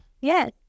yes